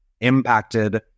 impacted